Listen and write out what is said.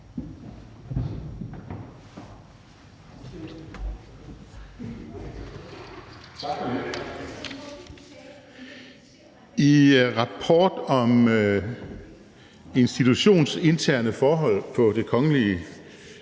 I rapporten om de institutionsinterne forhold på Det Kongelige